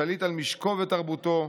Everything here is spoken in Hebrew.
השליט על משקו ותרבותו,